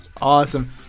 Awesome